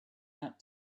out